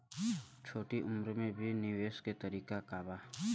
छोटी उम्र में भी निवेश के तरीका क बा?